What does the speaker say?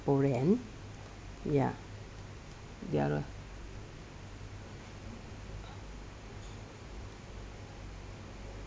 singaporean ya ya lor